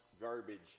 garbage